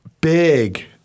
big